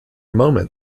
moment